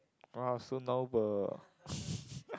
!wow! so now the